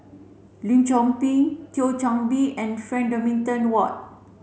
Lim Chor Pee Thio Chan Bee and Frank Dorrington Ward